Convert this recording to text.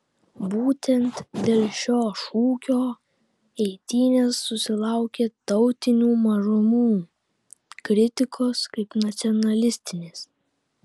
būtent dėl šio šūkio eitynės susilaukia tautinių mažumų kritikos kaip nacionalistinės